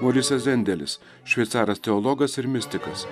morisas zendelis šveicaras teologas ir mistikas